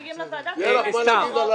ואחר כך מגיעים לוועדה ומצביעים סתם.